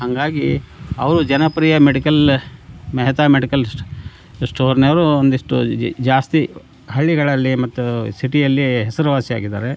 ಹಾಗಾಗಿ ಅವರು ಜನಪ್ರಿಯ ಮೆಡಿಕಲ್ ಮೆಹ್ತಾ ಮೆಡಿಕಲ್ ಸ್ಟೋರ್ನವರು ಒಂದಿಷ್ಟು ಜಾಸ್ತಿ ಹಳ್ಳಿಗಳಲ್ಲಿ ಮತ್ತು ಸಿಟಿಯಲ್ಲಿ ಹೆಸರುವಾಸಿಯಾಗಿದ್ದಾರೆ